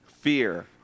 fear